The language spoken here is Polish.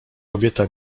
kobieta